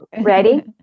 Ready